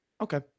okay